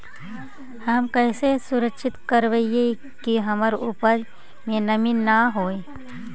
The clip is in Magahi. हम कैसे सुनिश्चित करिअई कि हमर उपज में नमी न होय?